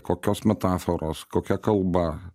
kokios metaforos kokia kalba